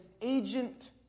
agent